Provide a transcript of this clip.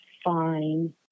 fine